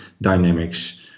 dynamics